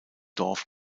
dorf